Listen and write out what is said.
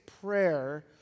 prayer